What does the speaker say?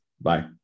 Bye